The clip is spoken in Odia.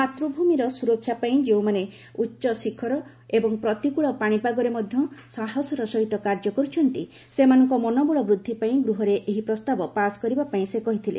ମାତୃଭୂମିର ସୁରକ୍ଷା ପାଇଁ ଯେଉଁମାନେ ଉଚ୍ଚ ଶିଖର ଏବଂ ପ୍ରତିକୂଳ ପାଣିପାଗରେ ମଧ୍ୟ ସାହସର ସହିତ କାର୍ଯ୍ୟ କରୁଛନ୍ତି ସେମାନଙ୍କ ମନୋବଳ ବୃଦ୍ଧି ପାଇଁ ଗୃହରେ ଏହି ପ୍ରସ୍ତାବ ପାସ୍ କରିବା ପାଇଁ ସେ କହିଥିଲେ